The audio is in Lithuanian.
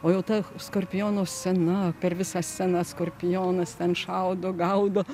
o jau ta skorpiono scena per visą sceną skorpionas ten šaudo gaudo